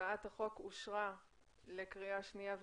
הצבעה בעד 3 אושר הצעת החוק אושרה פה אחד לקריאה שנייה ושלישית.